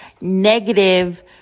negative